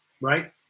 Right